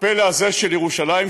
הפלא הזה של ירושלים,